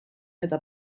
eta